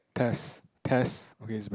test test okay it's back